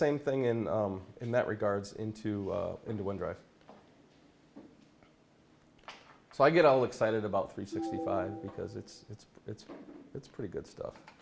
same thing in in that regards into into one drive so i get all excited about three sixty five because it's it's it's it's pretty good stuff